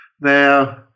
now